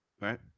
Right